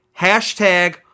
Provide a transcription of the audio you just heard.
hashtag